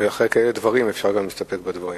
אחרי כאלה דברים, אפשר גם להסתפק בדברים.